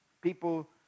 People